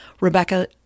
Rebecca